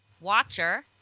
Watcher